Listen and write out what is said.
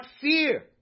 fear